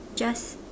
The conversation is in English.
just